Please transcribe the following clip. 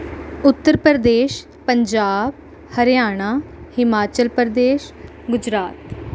Uttar Pradesh Punjab Haryana Himachal Pradesh Gujarat